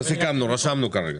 לא סיכמנו, רשמנו כרגע.